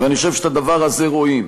ואני חושב שאת הדבר הזה רואים.